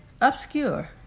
obscure